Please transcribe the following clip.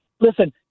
Listen